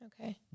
Okay